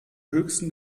höchsten